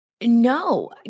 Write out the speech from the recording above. No